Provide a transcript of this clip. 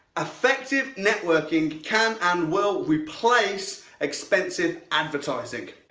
effective networking can and well replace expensive advertising.